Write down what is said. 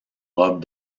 robe